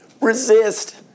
Resist